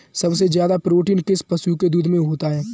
सबसे ज्यादा प्रोटीन किस पशु के दूध में होता है?